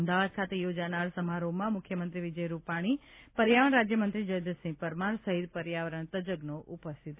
અમદાવાદ ખાતે યોજાનારા સમારોહમાં મુખ્યમંત્રી શ્રી વિજયભાઈ રૂપાણી પર્યાવરણ રાજ્યમંત્રી જયદ્રથસિંહ પરમાર સહિત પર્યાવરણ તજજ્ઞો ઉપસ્થિત રહેશે